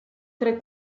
tra